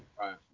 Right